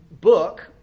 book